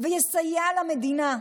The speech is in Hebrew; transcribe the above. ויסייע למדינה,